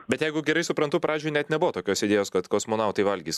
bet jeigu gerai suprantu pradžioj net nebuvo tokios idėjos kad kosmonautai valgys